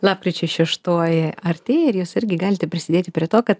lapkričio šeštoji artėja ir jūs irgi galite prisidėti prie to kad